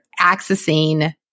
accessing